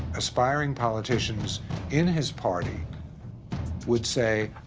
aspiring politicians in his party would say,